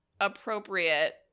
appropriate